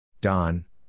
Don